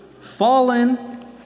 Fallen